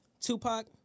Tupac